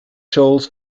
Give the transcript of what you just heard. shoals